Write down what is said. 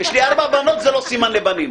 יש לי ארבע בנות, זה לא סימן לבנים.